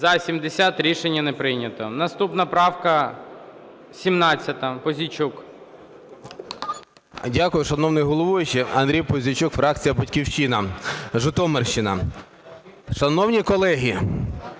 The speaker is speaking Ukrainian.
За-70 Рішення не прийнято. Наступна правка 17, Пузійчук.